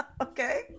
Okay